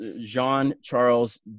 Jean-Charles